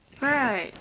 right